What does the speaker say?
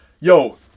Yo